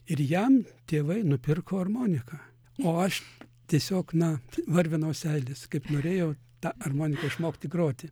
ir jam tėvai nupirko armoniką o aš tiesiog na varvinau seiles kaip norėjau tą armonika išmokti groti